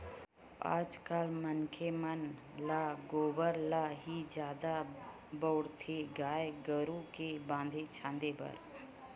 आज कल मनखे मन ल गेरवा ल ही जादा बउरथे गाय गरु के बांधे छांदे बर